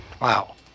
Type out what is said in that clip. Wow